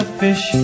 fish